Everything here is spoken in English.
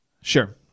Sure